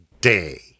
day